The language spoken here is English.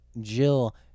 Jill